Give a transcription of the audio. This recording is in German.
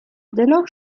dennoch